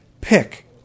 pick